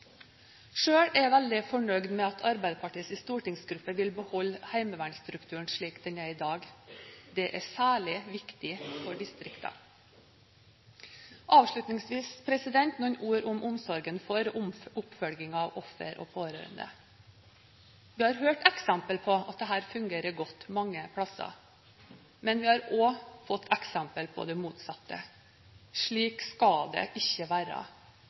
er jeg veldig fornøyd med at Arbeiderpartiets stortingsgruppe vil beholde heimevernsstrukturen som den er i dag. Det er særlig viktig for distriktene. Avslutningsvis noen ord om omsorgen for og oppfølgingen av ofre og pårørende. Vi har hørt eksempler på at dette fungerer godt mange steder. Men vi har også fått eksempler på det motsatte – slik skal det ikke være.